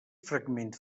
fragments